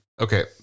Okay